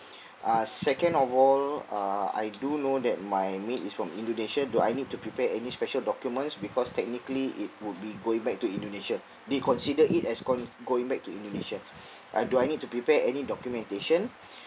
uh second of all uh I do know that my maid is from indonesia do I need to prepare any special documents because technically it would be going back to indonesia they consider it as gone going back to indonesia I do I need to prepare any documentation